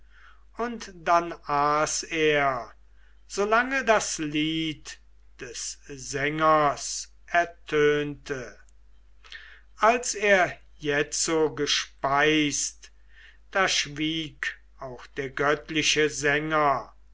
und dann aß er solange das lied des sängers ertönte als er jetzo gespeist da schwieg auch der göttliche sänger